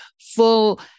full